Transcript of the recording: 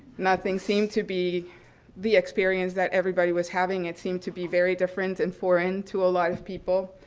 nothing seemed to be the experience that everybody was having. it seemed to be very different and foreign to a lot of people,